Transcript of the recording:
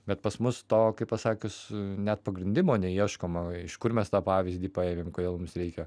bet pas mus to kaip pasakius net pagrindimo neieškoma iš kur mes tą pavyzdį paėmėm kodėl mums reikia